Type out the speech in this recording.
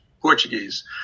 Portuguese